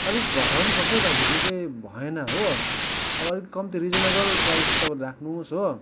अलिक घटाउनुपर्छ हौ दाजु त्यो चाहिँ भएन हो अब अलिक कम्ती रिजनेबल प्राइस तपाईँले राख्नुहोस् हो